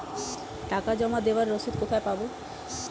টাকা জমা দেবার রসিদ কোথায় পাব?